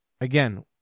again